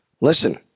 Listen